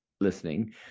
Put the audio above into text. listening